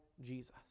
Jesus